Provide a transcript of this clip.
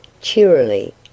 cheerily